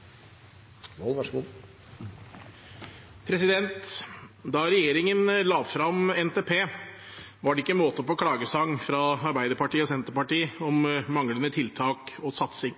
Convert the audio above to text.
satsing